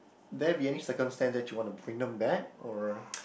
there be any circumstance that you want to bring them back or